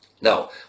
now